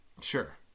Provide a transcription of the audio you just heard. Sure